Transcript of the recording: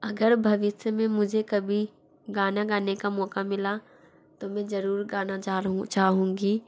अगर भविष्य में मुझे कभी गाना गाने का मौका मिला तो मैं जरूर गाना चाहूँगी